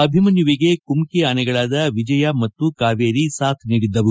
ಅಭಿಮನ್ಯುವಿಗೆ ಕುಮ್ಕಿ ಆನೆಗಳಾದ ವಿಜಯ ಮತ್ತು ಕಾವೇರಿ ಸಾಥ್ ನೀಡಿದ್ದವು